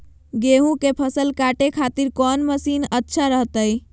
गेहूं के फसल काटे खातिर कौन मसीन अच्छा रहतय?